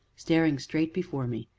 staring straight before me,